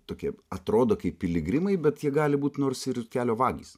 tokie atrodo kaip piligrimai bet jie gali būt nors ir kelio vagys